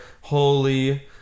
holy